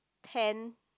hand